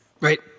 right